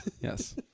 Yes